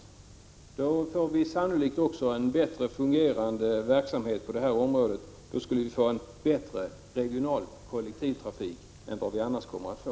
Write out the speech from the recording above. Då får vi sannolikt också en bättre fungerande verksamhet på detta område och en bättre regional kollektivtrafik än vad vi annars skulle få.